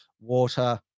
water